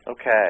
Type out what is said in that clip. Okay